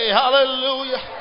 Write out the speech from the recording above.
hallelujah